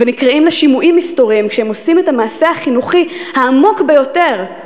ונקראים לשימועים מסתוריים כשהם עושים את המעשה החינוכי העמוק ביותר: